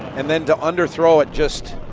and then to under throw it just